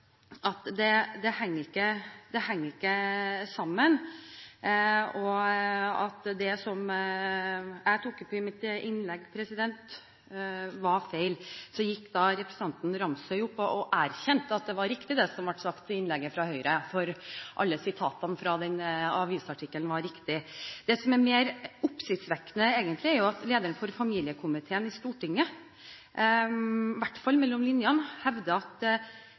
at dette ikke henger sammen. Så gikk representanten Nilsson Ramsøy opp og erkjente at det var riktig det som ble sagt i innlegget fra Høyre, for alle sitatene fra avisartikkelen var riktig. Det som er mer oppsiktsvekkende, er jo egentlig at lederen for familiekomiteen i Stortinget hevder – i hvert fall mellom linjene – at familier som mottar kontantstøtte, ikke er likestilte. Representanten Gjul hevder at